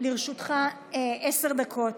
לרשותך עשר דקות.